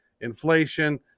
inflation